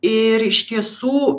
ir iš tiesų